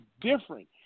different